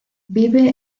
vive